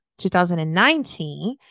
2019